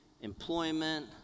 employment